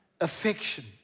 affection